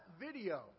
video